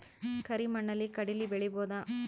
ಕರಿ ಮಣ್ಣಲಿ ಕಡಲಿ ಬೆಳಿ ಬೋದ?